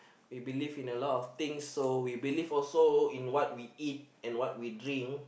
we believe in a lot of things so we believe also in what we eat and what we drink